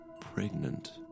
pregnant